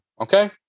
Okay